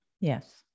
Yes